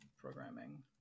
programming